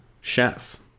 chef